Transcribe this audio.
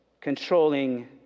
controlling